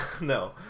No